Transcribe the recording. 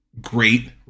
great